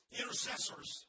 intercessors